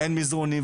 אין מזרונים,